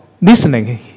listening